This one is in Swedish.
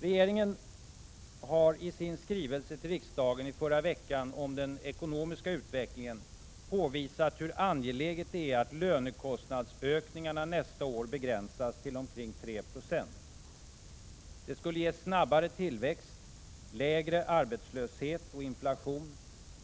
Regeringen har i sin skrivelse till riksdagen i förra veckan om den ekonomiska utvecklingen påvisat hur angeläget det är att lönekostnadsökningarna nästa år begränsas till omkring 3 26. Det skulle ge snabbare tillväxt, lägre arbetslöshet och inflation,